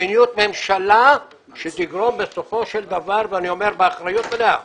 מדיניות ממשלה שתגרום בסופו של דבר ואני אומר זאת באחריות מלאה